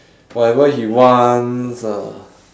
whatever he wants uh